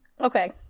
Okay